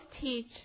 teach